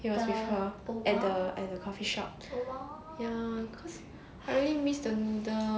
yes with her at the at the coffeeshop ya cause I really miss the noodles